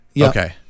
Okay